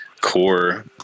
Core